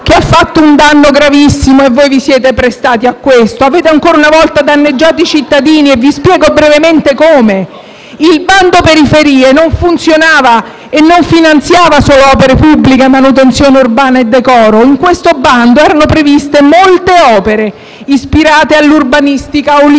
che ha fatto un danno gravissimo e voi vi siete prestati a questo. Avete ancora una volta danneggiato i cittadini e vi spiego brevemente come. Il bando periferie non funzionava e non finanziava solo opere pubbliche, manutenzione urbana e decoro. In tale bando erano previste molte opere ispirate all'urbanistica olistica,